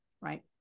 right